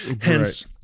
Hence